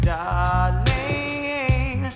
Darling